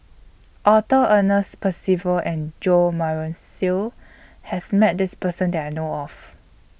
Arthur Ernest Percival and Jo Marion Seow has Met This Person that I know of